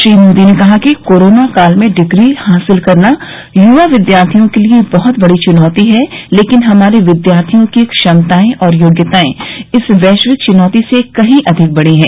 श्री मोदी ने कहा कि कोरोना काल में डिग्री हासिल करना य्वा विद्यार्थियों के लिए बहत बडी चुनौती है लेकिन हमारे विद्यार्थियों की क्षमताएं और योग्यताएं इस वैश्विक चुनौती से कहीं अधिक बड़ी हैं